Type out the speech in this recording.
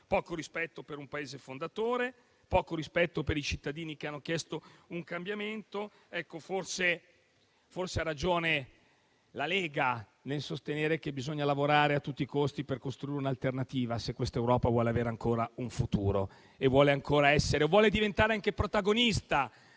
poco rispetto per un Paese fondatore e poco rispetto per i cittadini che hanno chiesto un cambiamento. Forse ha ragione la Lega nel sostenere che bisogna lavorare a tutti i costi per costruire un'alternativa, se questa Europa vuole avere ancora un futuro e vuole diventare anche protagonista